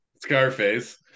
Scarface